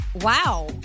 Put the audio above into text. wow